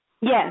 Yes